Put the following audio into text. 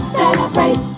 celebrate